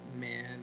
Man